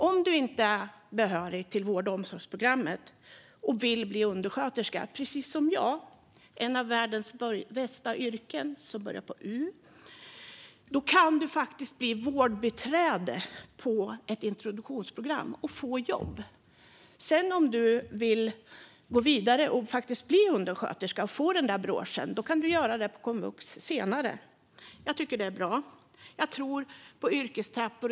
Om du inte är behörig till vård och omsorgsprogrammet och vill bli undersköterska, precis som jag, kan du först bli vårdbiträde och få jobb genom ett introduktionsprogram. Sedan kan du, om du vill gå vidare för att bli undersköterska och få den broschen, läsa på komvux. Undersköterska är ett av världens bästa yrken som börjar på U. Jag tycker att detta är bra. Jag tror på yrkestrappor.